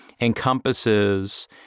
encompasses